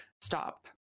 stop